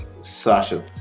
Sasha